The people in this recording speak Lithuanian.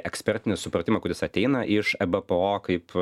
ekspertinį supratimą kuris ateina iš ebpo kaip